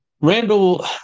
Randall